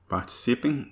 Participem